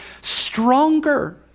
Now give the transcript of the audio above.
stronger